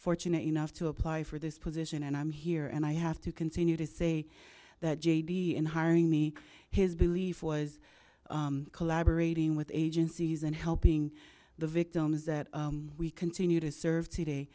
fortunate enough to apply for this position and i'm here and i have to continue to say that j b in hiring me his belief was collaborating with agencies and helping the victims that we continue to serve today